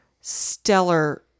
stellar